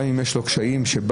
גם אם יש להם לפעמים קשיים אישיים,